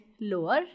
lower